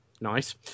Nice